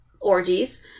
orgies